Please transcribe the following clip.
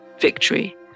victory